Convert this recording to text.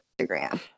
Instagram